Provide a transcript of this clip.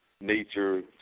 nature